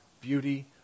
beauty